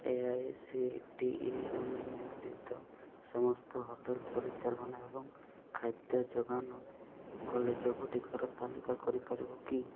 A I C T E ଅନୁମୋଦିତ ସମସ୍ତ hotel ପରିଚାଳନା ଏବଂ ଖାଦ୍ୟ ଯୋଗାଣ କଲେଜଗୁଡ଼ିକର ତାଲିକା କରିପାରିବ କି